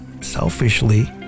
selfishly